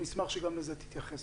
נשמח שגם לזה תתייחס